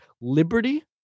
Liberty